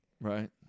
right